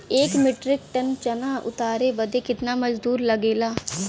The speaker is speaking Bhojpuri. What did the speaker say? एक मीट्रिक टन चना उतारे बदे कितना मजदूरी लगे ला?